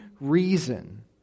reason